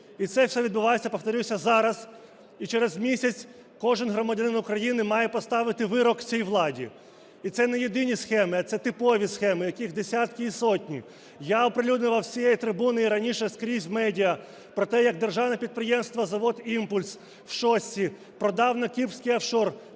І це все відбувається, повторюся, зараз. І через місяць кожен громадянин України має поставити вирок цій владі. І це не єдині схеми, а це типові схеми, яких десятки і сотні. Я оприлюднював з цієї трибуни і раніше скрізь в медіа про те, як державне підприємство завод "Імпульс" в Шостці продав на кіпрський офшор